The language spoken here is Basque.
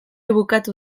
bukatu